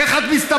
איך את מסתבכת?